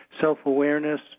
self-awareness